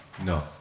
No